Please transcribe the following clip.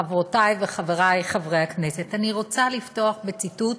חברותי וחברי חברי הכנסת, אני רוצה לפתוח בציטוט,